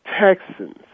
Texans